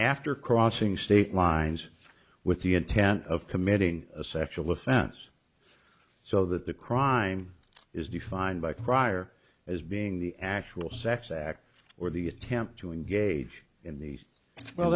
after crossing state lines with the intent of committing a sexual offense so that the crime is defined by prior as being the actual sex act or the attempt to engage in these well